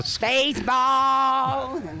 Baseball